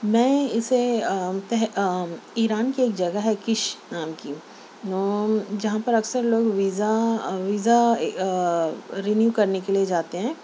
میں اسے ایران کی ایک جگہ ہے کش نام کی جہاں پر اکثر لوگ ویزا ویزا رینیو کرنے کے لیے جاتے ہیں